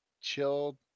chilled